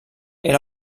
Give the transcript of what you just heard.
era